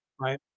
right